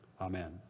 Amen